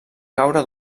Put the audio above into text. caure